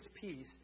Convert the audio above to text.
peace